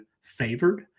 favored